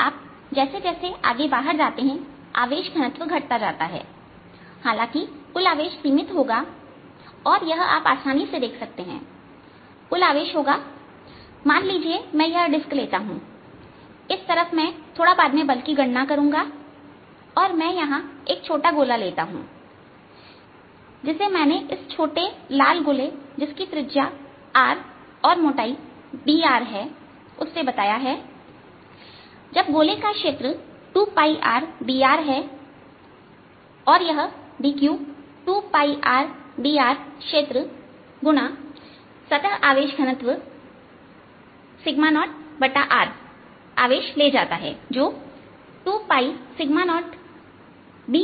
इसलिए आप जैसे जैसे आगे बाहर जाते हैं आवेश घनत्व घटता जाता है हालांकि कुल आवेश सीमित होगा और यह आप आसानी से देख सकते हैं कुल आवेश होगा मान लीजिए मैं यह डिस्क लेता हूं इस तरफ में थोड़ा बाद में बल की गणना करूंगा और मैं यहां एक छोटा गोला लेता हूं जिसे मैंने इस छोटे लाल गोले जिसकी त्रिज्या r और मोटाई dr है उससे बताया है जब गोले का क्षेत्र 2rdr है और यह dq2rdr क्षेत्र गुना सतह आवेश घनत्व0r आवेश ले जाता है जो 20dr के बराबर है